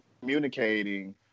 communicating